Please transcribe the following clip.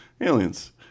Aliens